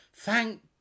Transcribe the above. Thank